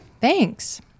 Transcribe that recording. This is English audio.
Thanks